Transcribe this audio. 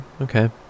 okay